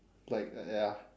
like like ya